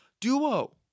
duo